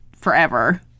forever